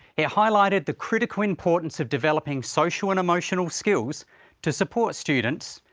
it highlighted the critical importance of developing social and emotional skills to support students,